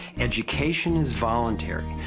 education is voluntary,